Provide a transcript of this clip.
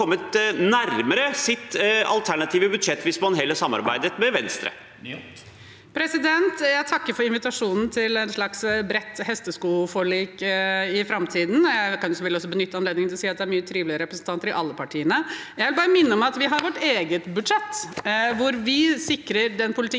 nærmere sitt alternative budsjett hvis man heller samarbeidet med Venstre? Hege Bae Nyholt (R) Jeg takker for invi- tasjonen til et slags bredt hesteskoforlik i framtiden. Jeg kan selvfølgelig også benytte anledningen til å si at det er mange trivelige representanter i alle partiene. Jeg vil bare minne om at vi har vårt eget budsjett, hvor vi sikrer den politikken